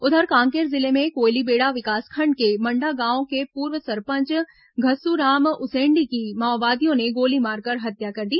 उधर कांकेर जिले में कोयलीबेड़ा विकासखंड के मंडागांव के पूर्व सरपंच घस्सुराम उसेंडी की माओवादियों ने गोली मारकर हत्या कर दी